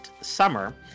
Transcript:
summer